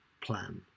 plan